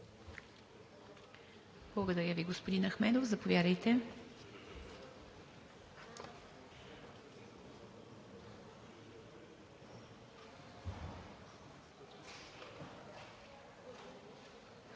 Благодаря Ви, господин Митов. Заповядайте.